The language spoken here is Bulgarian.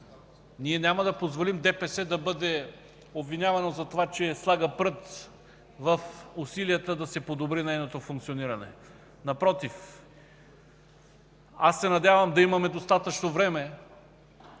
Няма да позволим ДПС да бъде обвинявано за това, че слага прът в усилията да се подобри нейното функциониране. Напротив, надявам се да имаме достатъчно време